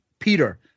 Peter